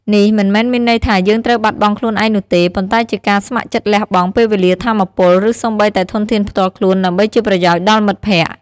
នេះមិនមែនមានន័យថាយើងត្រូវបាត់បង់ខ្លួនឯងនោះទេ ប៉ុន្តែជាការ ស្ម័គ្រចិត្តលះបង់ ពេលវេលា ថាមពល ឬសូម្បីតែធនធានផ្ទាល់ខ្លួន ដើម្បីជាប្រយោជន៍ដល់មិត្តភក្តិ។